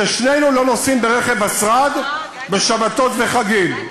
ששנינו לא נוסעים ברכב השרד בשבתות וחגים.